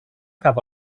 cap